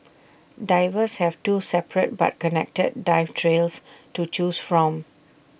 divers have two separate but connected dive trails to choose from